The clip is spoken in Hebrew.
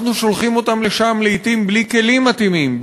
אנחנו שולחים אותם לשם לעתים בלי כלים מתאימים,